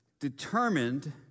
determined